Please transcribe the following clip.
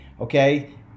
okay